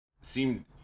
seemed